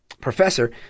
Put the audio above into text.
professor